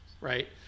right